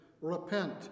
Repent